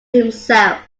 himself